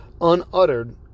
unuttered